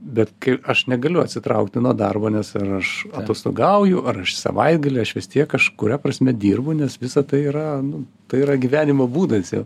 bet kai aš negaliu atsitraukti nuo darbo nes ar aš atostogauju ar savaitgalį aš vis tiek kažkuria prasme dirbu nes visa tai yra nu tai yra gyvenimo būdas jau